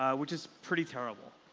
um which is pretty terrible.